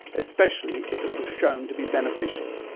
especially if it was shown to be beneficial?